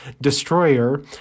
destroyer